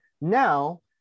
Now